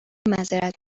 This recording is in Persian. معذرت